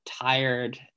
tired